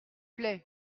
plait